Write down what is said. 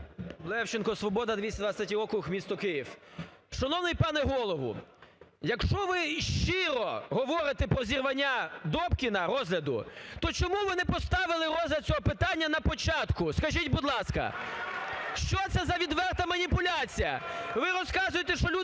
Левченко, "Свобода", 223 округ, місто Київ. Шановний пане Голово, якщо ви щиро говорите про зірвання Добкіна розгляду, то чому ви не поставили розгляд цього питання на початку, скажіть, будь ласка? Що це за відверта маніпуляція! Ви розказуєте, що люди